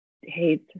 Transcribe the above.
hate